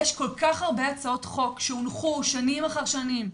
יש כל כך הרבה הצעות חוק שהונחו שנים אחר שנים.